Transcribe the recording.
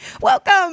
Welcome